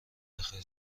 بخیر